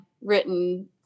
written